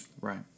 Right